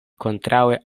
kontraŭe